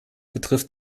betrifft